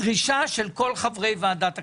הדרישה של כל חברי ועדת הכספים,